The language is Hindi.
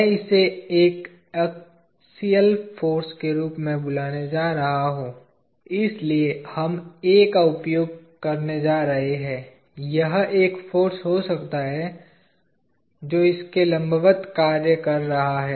मैं इसे एक अक्षीय फाॅर्स के रूप में बुलाने जा रहा हु जा रहा हूं इसलिए हम A का उपयोग करने जा रहे हैं यह एक फाॅर्स हो सकता है जो इसके लंबवत कार्य कर रहा है